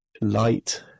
Light